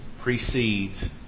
precedes